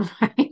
right